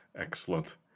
Excellent